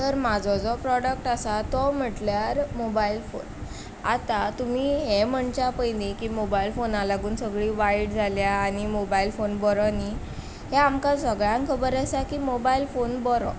तर म्हजो जो प्रोडक्ट आसा तो म्हटल्यार मोबायल फोन आतां तुमी हें म्हणच्या पयलीं की मोबायल फोना लागून सगळीं वायट जाल्यां आनी मोबायल फोन बरो न्ही हें आमकां सगळ्यांक खबर आसा की मोबायल फोन बोरो